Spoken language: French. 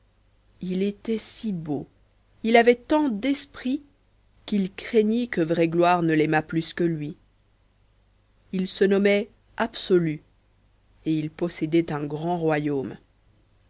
il était si beau il avait tant d'esprit qu'il craignit que vraie gloire ne l'aimât plus que lui il se nommait absolu et il possédait un grand royaume